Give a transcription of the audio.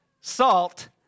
salt